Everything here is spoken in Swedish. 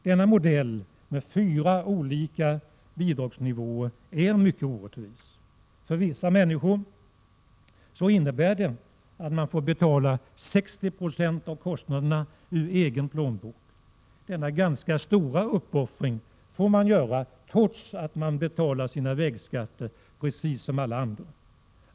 Denna modell med fyra olika bidragsnivåer är mycket orättvis. För vissa människor innebär det att man får betala 60 96 av vägkostnaderna ur egen plånbok. Denna ganska stora uppoffring får man göra trots att man betalar sina vägskatter precis som alla andra.